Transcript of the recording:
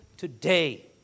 Today